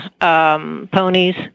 ponies